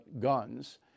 guns